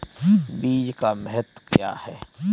बीज का महत्व क्या है?